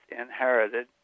inherited